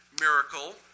miracle